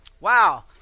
Wow